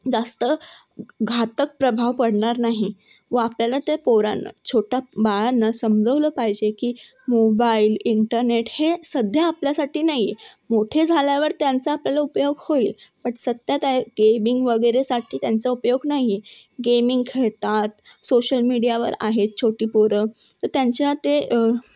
जास्त घातक प्रभाव पडणार नाही व आपल्याला ते पोरांना छोटा बाळांना समजवलं पाहिजे की मोबाईल इंटरनेट हे सध्या आपल्यासाठी नाही आहे मोठे झाल्यावर त्यांचा आपल्याला उपयोग होईल पण सत्यात गेमिंग वगैरे साठी त्यांचा उपयोग नाही आहे गेमिंग खेळतात सोशल मीडियावर आहेत छोटी पोरं त्यांच्या ते